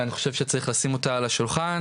ואני חושב שצריך לשים אותה על השולחן,